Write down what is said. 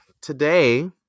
today